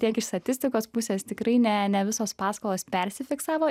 tiek iš statistikos pusės tikrai ne ne visos paskolos persifiksavo